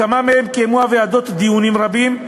בכמה מהם קיימו הוועדות דיונים רבים,